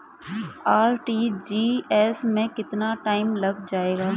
RTGS में कितना time लग जाएगा?